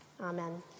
Amen